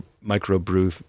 micro-brew